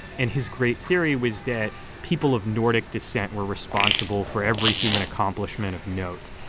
and his great theory was that people of nordic descent were responsible for every human accomplishment of note,